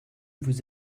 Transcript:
vous